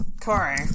Corey